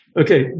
Okay